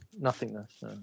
Nothingness